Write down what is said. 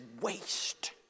waste